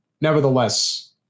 Nevertheless